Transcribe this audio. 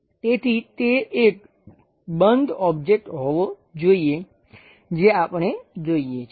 તેથી તે એક બંધ ઓબ્જેક્ટ હોવો જોઈએ જે આપણે જોઈએ છીએ